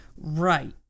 Right